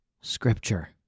Scripture